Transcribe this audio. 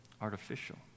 artificial